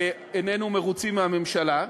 איננו מרוצים מהממשלה,